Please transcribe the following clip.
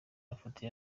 mafoto